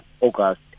August